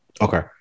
Okay